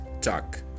talk